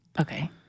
Okay